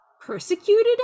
persecuted